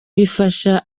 bigafasha